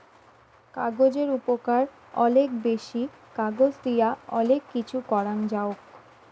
কাগজের উপকার অলেক বেশি, কাগজ দিয়া অলেক কিছু করাং যাওক